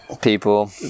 people